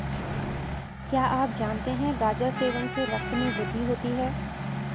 क्या आप जानते है गाजर सेवन से रक्त में वृद्धि होती है?